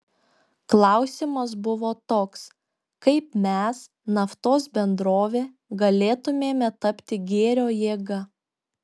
klausimas buvo toks kaip mes naftos bendrovė galėtumėme tapti gėrio jėga